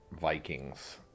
Vikings